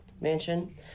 Mansion